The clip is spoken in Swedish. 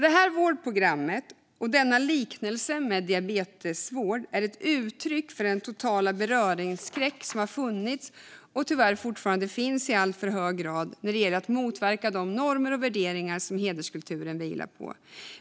Detta vårdprogram och liknelsen med diabetesvård är ett uttryck för den totala beröringsskräck som har funnits och tyvärr fortfarande finns i alltför hög grad när det gäller att motverka de normer och värderingar som hederskulturen vilar på.